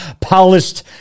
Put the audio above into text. polished